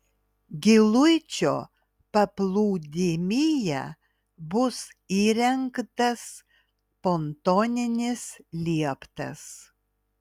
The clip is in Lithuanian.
giluičio paplūdimyje bus įrengtas pontoninis lieptas